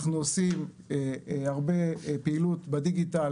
אנחנו עושים הרבה פעילות בדיגיטל